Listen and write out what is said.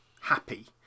happy